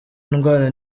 ndwara